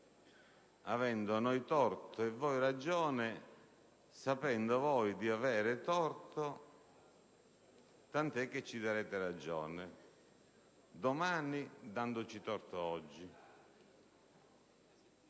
avendo noi torto e voi ragione, sapendo però voi di avere torto, tant'è che ci darete ragione domani, ma dandoci torto oggi.